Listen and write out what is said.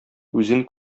үзен